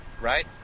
Right